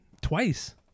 twice